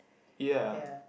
ye